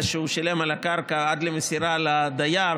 שהוא שילם על הקרקע עד למסירה לדייר,